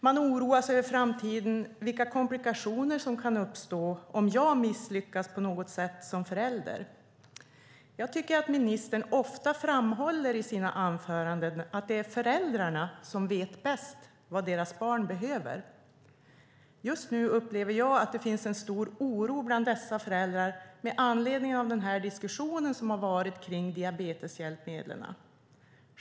Man oroar sig över framtiden och vilka komplikationer som kan uppstå om man misslyckas på något sätt som förälder. Jag tycker att ministern i sina anföranden ofta framhåller att det är föräldrarna som vet bäst vad deras barn behöver. Just nu upplever jag att det finns en stor oro bland dessa föräldrar med anledning av den diskussion som har varit om diabeteshjälpmedlen.